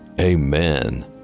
Amen